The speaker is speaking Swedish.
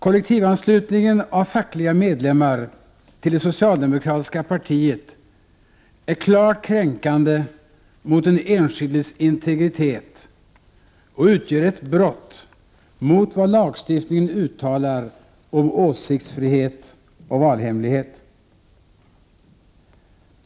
Kollektivanslutningen av fackliga medlemmar till det socialdemokratiska partiet är klart kränkande mot den enskildes integritet och utgör ett brött mot vad lagstiftningen uttalar om åsiktsfrihet och valhemlighet.